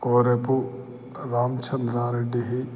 कोरेपुरान्चन्द्रारेड्डिः